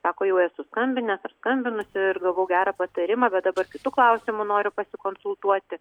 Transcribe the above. sako jau esu skambinęs ar skambinusi ir gavau gerą patarimą bet dabar kitu klausimu noriu pasikonsultuoti